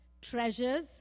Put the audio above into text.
treasures